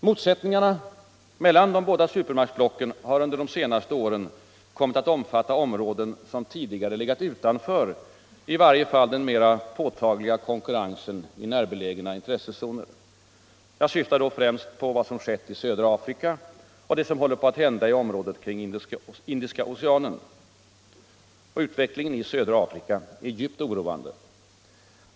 Motsättningarna mellan de båda supermaktsblocken har under de senaste åren kommit att omfatta områden som tidigare legat utanför i varje fall den mera påtagliga konkurrensen i närbelägna intressezoner. Jag syftar då främst på vad som skett i södra Afrika och det som håller på att hända i området runt Indiska oceanen. Utvecklingen i södra Afrika är djupt oroande.